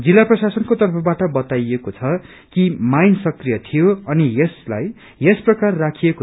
जिल्ला प्रशासनको तर्फवाट बताइयो कि माइन सक्रिय थियो अनि यसलाई यस प्रकार राखिकऐ